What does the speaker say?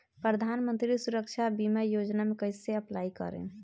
प्रधानमंत्री सुरक्षा बीमा योजना मे कैसे अप्लाई करेम?